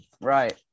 Right